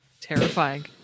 Terrifying